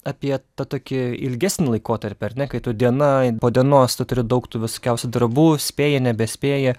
apie tą tokį ilgesnį laikotarpį ar ne kai tau diena po dienos tu turi daug tų visokiausių darbų spėji nebespėji